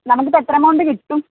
നമുക്കിപ്പോൾ എത്ര എമൗണ്ട് കിട്ടും